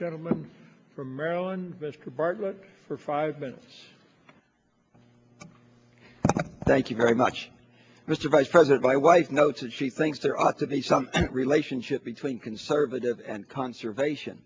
gentleman from maryland mr barton for five minutes thank you very much mr vice president my wife notes that she thinks there ought to be some relationship between conservative and conservation